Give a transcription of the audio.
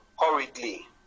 hurriedly